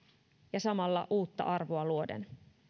ja samalla uutta arvoa luoden